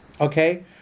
Okay